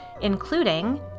including